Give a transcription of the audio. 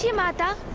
yeah matter,